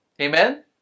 Amen